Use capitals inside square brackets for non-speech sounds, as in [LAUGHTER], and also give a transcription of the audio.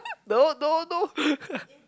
no no no [LAUGHS]